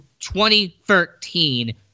2013